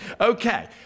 Okay